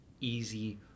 easy